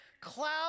Cloud